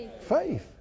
faith